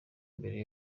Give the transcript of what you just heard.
mbere